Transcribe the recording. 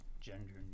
gender